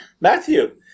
Matthew